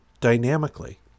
dynamically